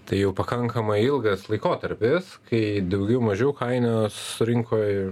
tai jau pakankamai ilgas laikotarpis kai daugiau mažiau kainos rinkoj